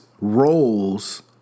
roles